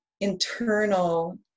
internal